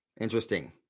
Interesting